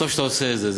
זה טוב שאתה עושה את זה.